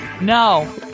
no